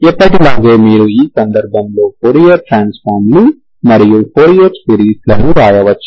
ఎప్పటిలాగే మీరు ఈ సందర్భంలో ఫోరియర్ ట్రాన్స్ఫార్మ్లు మరియు ఫోరియర్ సిరీస్లను వ్రాయవచ్చు